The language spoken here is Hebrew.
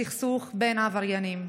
בסכסוך בין עבריינים.